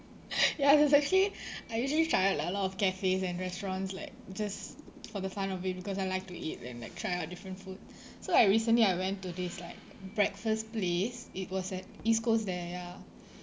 ya there's actually I usually try out like a lot of cafes and restaurants like just for the fun of it because I like to eat and like try out different food so like recently I went to this like breakfast place it was at east coast there ya